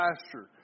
pasture